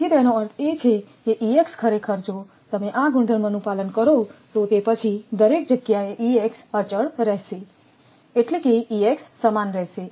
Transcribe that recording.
તેથી તેનો અર્થ એ છે કે ખરેખર જો તમે આ ગુણધર્મનું પાલન કરો તો તે પછી દરેક જગ્યાએઅચળ રહેશે એટલે કે સમાન રહેશે